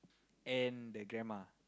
and the grandma